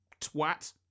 twat